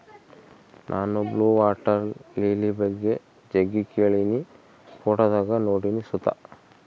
ನಾನು blue water lily ಬಗ್ಗೆ ಜಗ್ಗಿ ಕೇಳಿನಿ, ಫೋಟೋದಾಗ ನೋಡಿನಿ ಸುತ